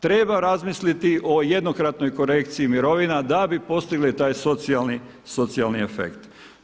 Treba razmisliti o jednokratnoj korekciji mirovina da bi postigli taj socijalni efekt.